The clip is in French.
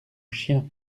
chien